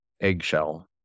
eggshell